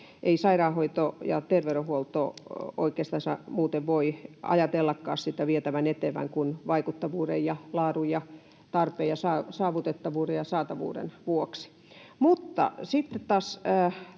ei sairaanhoitoa ja terveydenhuoltoa oikeastansa muuten voi ajatellakaan vietävän eteenpäin kuin vaikuttavuuden ja laadun ja tarpeen ja saavutettavuuden ja saatavuuden vuoksi. Mutta sitten taas